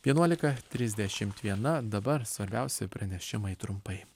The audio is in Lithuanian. vienuolika trisdešimt viena dabar svarbiausi pranešimai trumpai